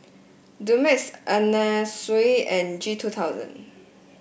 Dumex Anna Sui and G two thousand